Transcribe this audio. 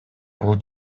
бул